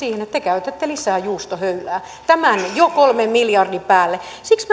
siihen että te käytätte lisää juustohöylää tämän jo kolmen miljardin päälle siksi